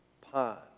pond